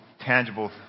tangible